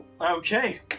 Okay